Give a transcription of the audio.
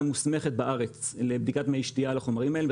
מוסמכת בארץ לבדיקת מי שתייה לחומרים האלה,